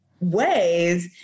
ways